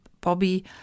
Bobby